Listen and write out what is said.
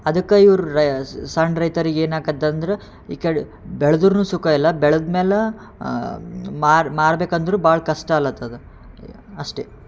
ಅದಕ್ಕೆ ಇವ್ರು ರೇ ಸಣ್ಣ ರೈತರಿಗೆ ಏನು ಆಗ್ತದಂದ್ರ್ ಈ ಕಡೆ ಬೆಳ್ದುರೂ ಸುಖ ಇಲ್ಲ ಬೆಳ್ದ ಮೇಲೆ ಮಾರ್ ಮಾರ್ಬೇಕು ಅಂದರೂ ಭಾಳ ಕಷ್ಟ ಆಗ್ಲತ್ತದ ಅಷ್ಟೇ